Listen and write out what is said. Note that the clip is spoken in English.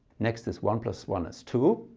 next is one plus one is two,